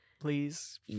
please